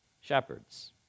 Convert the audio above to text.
shepherds